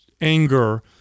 anger